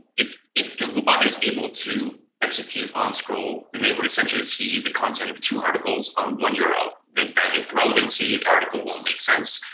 if if googlebot is able to execute onscroll, then they will essentially see the content of two articles on one yeah url. dilute the relevancy, the article won't make sense.